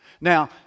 Now